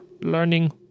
learning